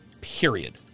period